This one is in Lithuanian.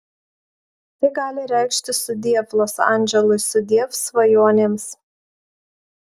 tai gali reikšti sudiev los andželui sudiev svajonėms